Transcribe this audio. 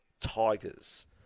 Tigers